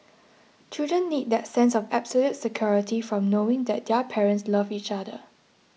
children need that sense of absolute security from knowing that their parents love each other